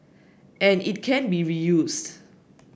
and it can be reused